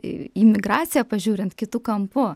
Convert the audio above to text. į imigraciją pažiūrint kitu kampu